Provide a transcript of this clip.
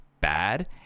bad